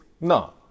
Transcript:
no